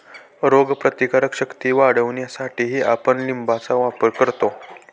रोगप्रतिकारक शक्ती वाढवण्यासाठीही आपण लिंबाचा वापर करतो